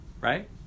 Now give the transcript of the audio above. right